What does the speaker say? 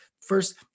first